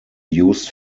used